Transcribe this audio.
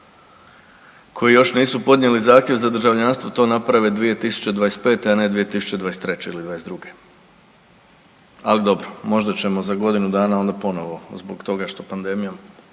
koji još nisu podnijeli zahtjev za državljanstvo to naprave 2025., a ne 2023. ili '22., ali dobro možda ćemo za godinu dana onda ponovo zbog što pandemija